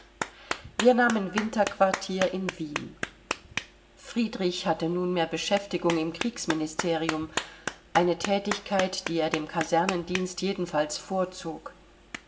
wir nahmen winterquartier in wien friedrich hatte nunmehr beschäftigung im kriegsministerium eine thätigkeit die er dem kasernendienst jedenfalls vorzog